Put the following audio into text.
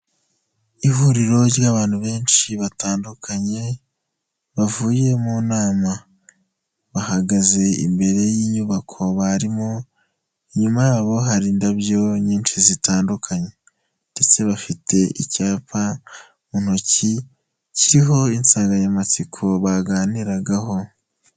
Ihuriro ry'abantu benshi batandukanye, bavuye mu nama. Bahagaze imbere y'inyubako barimo, inyuma yabo hari indabyo nyinshi zitandukanye ndetse bafite icyapa mu ntoki, kiriho insanganyamatsiko baganiragaho.